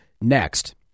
next